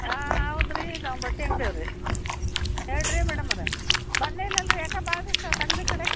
ಹಾಂ ಹೌದ್ರೀ ನಾವು ಬಟ್ಟೆ ಅಂಗ್ಡಿಯವ್ರು ರೀ ಹೇಳಿ ರೀ ಮೇಡಮರೇ ಬರಲೇ ಇಲ್ಲಲ್ಲ ರೀ ಯಾಕೆ ಭಾಳ ದಿವ್ಸ ಆತು ಅಂಗಡಿ ಕಡೆ